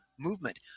movement